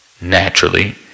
naturally